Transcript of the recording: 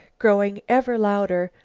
growing ever louder,